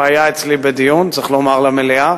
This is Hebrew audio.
הוא היה אצלי בדיון, צריך לומר למליאה,